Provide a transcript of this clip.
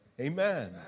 Amen